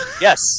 Yes